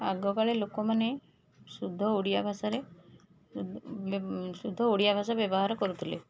ଆଗକାଳେ ଲୋକମାନେ ଶୁଦ୍ଧ ଓଡ଼ିଆ ଭାଷାରେ ଶୁଦ୍ଧ ଓଡ଼ିଆ ଭାଷା ବ୍ୟବହାର କରୁଥିଲେ